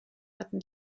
hatten